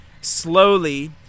slowly